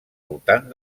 voltant